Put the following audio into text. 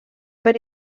per